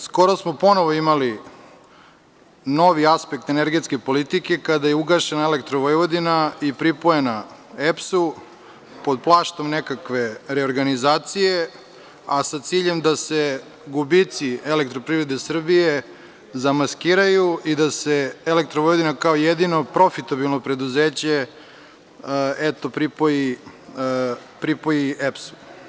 Skoro smo ponovo imali novi aspekt energetske politike kada je ugašena „Elektro Vojvodina“ i pripojena EPS pod plaštom nekakve reorganizacije, a sa ciljem da se gubici EPS Srbije zamaskiraju i da se „Elektro Vojvodina“ kao jedino profitabilno preduzeće pripoji EPS.